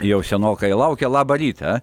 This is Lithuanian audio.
jau senokai laukia labą rytą